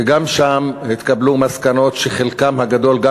וגם שם התקבלו מסקנות שחלקן הגדול גם